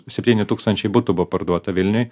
septyni tūkstančiai butų buvo parduota vilniuj